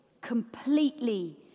completely